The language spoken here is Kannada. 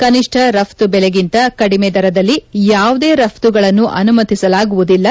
ಕನಿಷ್ಲ ರಫ್ತು ಬೆಲೆಗಿಂತ ಕಡಿಮೆ ದರದಲ್ಲಿ ಯಾವುದೇ ರಫ್ತುಗಳನ್ನು ಅನುಮತಿಸಲಾಗುವುದಿಲ್ಲ